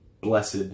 blessed